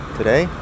Today